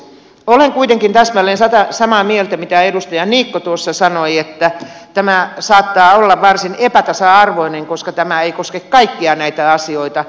olen kuitenkin täsmälleen samaa mieltä mitä edustaja niikko tuossa sanoi että tämä saattaa olla varsin epätasa arvoinen koska tämä ei koske kaikkia näitä asioita